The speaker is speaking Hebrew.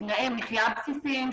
תנאי מחייה בסיסיים,